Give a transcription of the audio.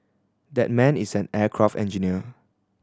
that man is an aircraft engineer